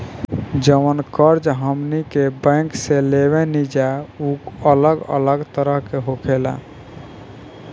जवन कर्ज हमनी के बैंक से लेवे निजा उ अलग अलग तरह के होखेला